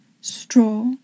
Straw